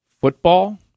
football